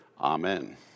Amen